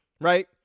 Right